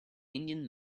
indian